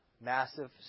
massive